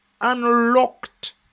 unlocked